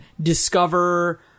discover